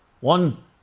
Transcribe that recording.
One